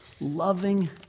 loving